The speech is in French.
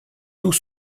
tout